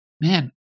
man